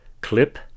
clip